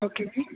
okay G